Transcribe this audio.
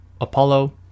apollo